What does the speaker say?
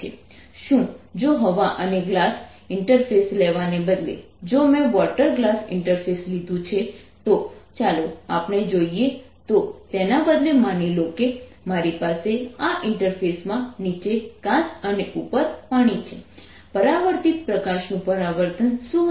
SreflectedSincident125 શું જો હવા અને ગ્લાસ ઇન્ટરફેસ લેવાને બદલે જો મેં વોટર ગ્લાસ ઇન્ટરફેસ લીધું છે તો ચાલો આપણે જોઈએ તો તેના બદલે માની લો કે મારી પાસે આ ઇન્ટરફેસ માં નીચે કાચ અને ઉપર પાણી છે પરાવર્તિત પ્રકાશનું પરાવર્તન શું હશે